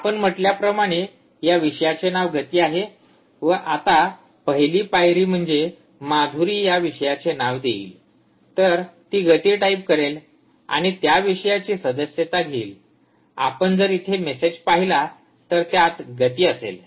आपण म्हटल्याप्रमाणे या विषयाचे नाव गती आहे व आता पहिली पायरी म्हणजे माधुरी या विषयाचे नाव देईल तर ती गती टाइप करेल आणि त्या विषयाची सदस्यता घेईल आपण जर इथे मेसेज पहिला तर त्यात गती असेल